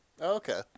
Okay